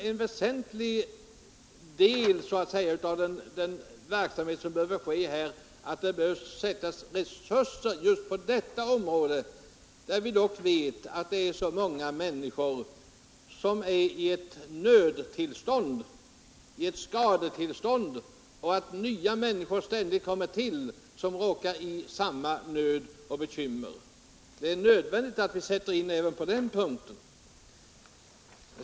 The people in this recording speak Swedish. En väsentlig del av vad som behöver göras är att sätta in resurser just på detta område, där vi dock vet att det finns så många människor som befinner sig i ett nödtillstånd, ett skadetillstånd, och att nya människor ständigt kommer till som råkar i samma nöd och bekymmer. Det är nödvändigt att vi sätter in åtgärder även på den punkten.